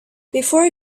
before